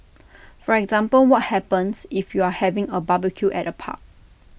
for example what happens if you're having A barbecue at A park